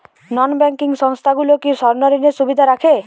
নন banking সংস্থাগুলো কি স্বর্ণঋণের সুবিধা রাখে?